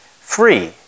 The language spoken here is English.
free